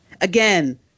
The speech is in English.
again